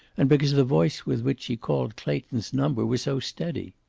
and because the voice with which she called clayton's number was so steady.